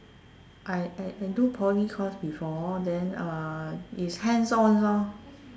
I I I do poly course before then uh is hands on lor